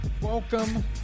Welcome